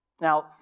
Now